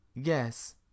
Yes